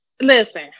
listen